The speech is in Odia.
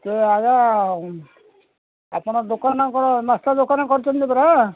ସେ ଆଜ୍ଞା ଆପଣ ଦୋକାନ କ'ଣ ନାସ୍ତା ଦୋକାନ କରିଛନ୍ତି ପରା